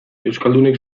euskaldunek